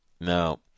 Now